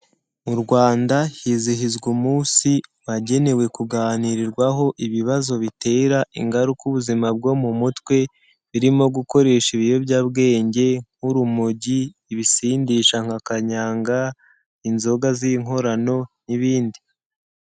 Mu Rwanda hizihizwa umunsi wagenewe kuganirirwaho ibibazo bitera ingaruka ubuzima bwo mu mutwe, birimo gukoresha ibiyobyabwenge nk'urumogi, ibisindisha nka kanyanga, inzoga z'inkorano n'ibindi.